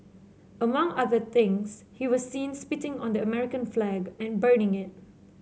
among other things he was seen spitting on the American flag and burning it